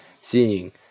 seeing